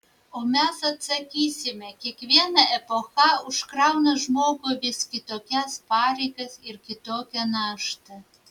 o mes atsakysime kiekviena epocha užkrauna žmogui vis kitokias pareigas ir kitokią naštą